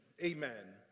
amen